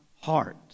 heart